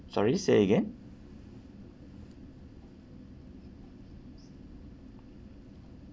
sorry say again